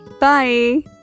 Bye